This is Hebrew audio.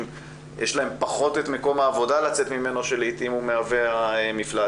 יש פחות את מקום העבודה לצאת אליו שלעתים הוא מהווה מפלט,